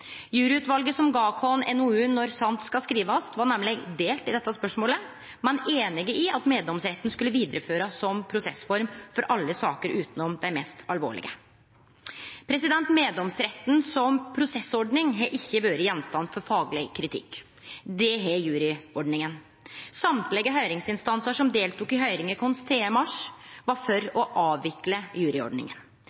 som gav oss NOU 2011: 13 Juryutvalget, Når sant skal skrives, var nemleg delt i dette spørsmålet, men var einige om at meddomsretten skulle vidareførast som prosessform for alle saker utanom dei mest alvorlege. Meddomsretten som prosessordning har ikkje vore gjenstand for fagleg kritikk. Det har juryordninga. Alle høyringsinstansar som deltok i høyringa vår den 3. mars, var for